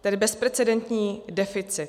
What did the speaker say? Tedy bezprecedentní deficit.